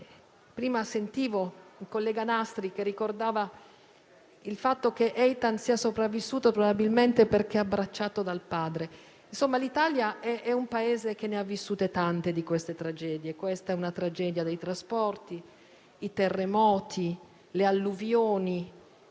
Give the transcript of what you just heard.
Prima sentivo il collega Nastri ricordare il fatto che probabilmente Eitan è sopravvissuto perché abbracciato dal padre. Insomma, l'Italia è un Paese che ha vissuto tante di queste tragedie. Questa è una tragedia dei trasporti; poi i terremoti, le alluvioni,